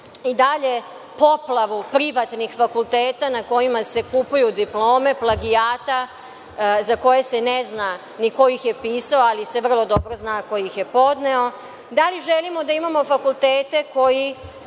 i dalje poplavu privatnih fakulteta na kojima se kupuju diplome, plagijata, za koje se ne zna ni ko ih je pisao, ali se vrlo dobro zna ko ih je podneo? Da li želimo da imamo fakultete koji,